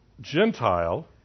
Gentile